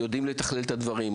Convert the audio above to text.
יודעים לתכלל את הדברים,